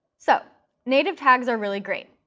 so native tags are really great.